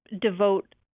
devote